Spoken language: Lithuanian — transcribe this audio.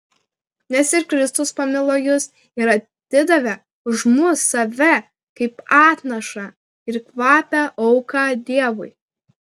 nes ir kristus pamilo jus ir atidavė už mus save kaip atnašą ir kvapią auką dievui